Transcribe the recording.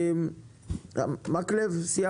עם המפקח על